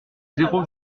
zéro